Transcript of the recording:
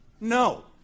No